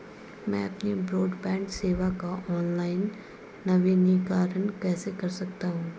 मैं अपनी ब्रॉडबैंड सेवा का ऑनलाइन नवीनीकरण कैसे कर सकता हूं?